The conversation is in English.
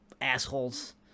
Assholes